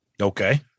Okay